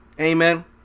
Amen